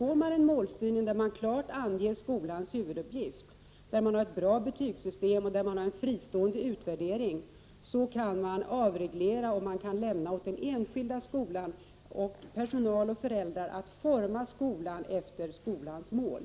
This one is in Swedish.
Om man får en målstyrning som innebär att skolans huvuduppgift klart anges, som innebär att skolan har ett bra betygssystem och som innebär att det sker en fristående utvärdering, kan en avreglering ske och den enskilda skolan, personalen och föräldrarna kan forma skolan i enlighet med skolans mål.